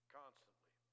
constantly